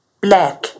black